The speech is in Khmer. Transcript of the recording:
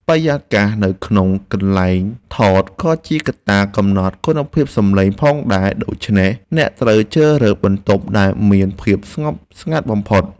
បរិយាកាសនៅក្នុងកន្លែងថតក៏ជាកត្តាកំណត់គុណភាពសំឡេងផងដែរដូច្នេះអ្នកត្រូវជ្រើសរើសបន្ទប់ដែលមានភាពស្ងប់ស្ងាត់បំផុត។